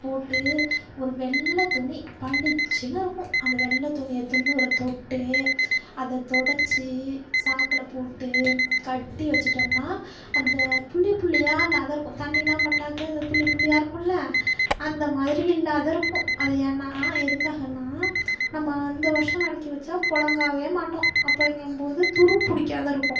போட்டு ஒரு வெள்ளை துணி பளிச்சின்னு இருக்கும் அந்த வெள்ளை துணியை துன்னூரை தொட்டு அதை துடைச்சி சாக்கில் போட்டு கட்டி வச்சிட்டோம்னால் அந்த புள்ளி புள்ளியாக இல்லாத இருக்கும் தண்ணிலாம் பட்டாக்க இந்த புள்ளி புள்ளியாக இருக்குமில்ல அந்த மாதிரி இல்லாத இருக்கும் அது ஏன்னா எதுக்காகனால் நம்ம அந்த வருடம் விளக்கி வச்சால் பொழங்கவே மாட்டோம் அப்படிங்கபோது துரு பிடிக்காத இருக்கும்